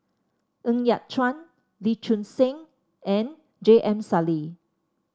Ng Yat Chuan Lee Choon Seng and J M Sali